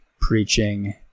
preaching